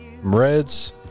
Reds